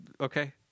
Okay